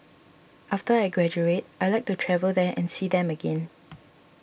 after I graduate I'd like to travel there and see them again